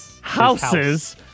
houses